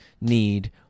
need